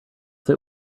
that